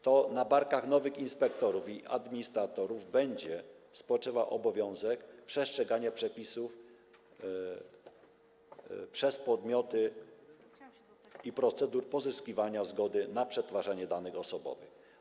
To na barkach nowych inspektorów i administratorów będzie spoczywał obowiązek przestrzegania przepisów przez podmioty i procedur pozyskiwania zgody na przetwarzanie danych osobowych.